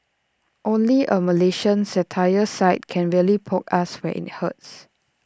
only A Malaysian satire site can really poke us where IT hurts